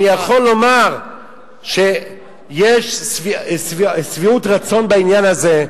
אני יכול לומר שיש שביעות-רצון בעניין הזה,